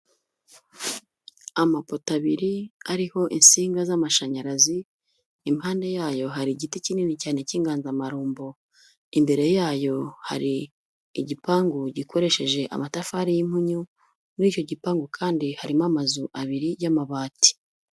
Amapoto abiri ariho insinga z'amashanyarazi, impande yayo hari igiti kinini cyane cy'inganzamarumbo. Imbere yayo hari igipangu gikoresheje amatafari y'impunyu, muri icyo gipangu kandi harimo amazu abiri y'amabati.